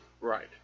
Right